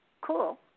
cool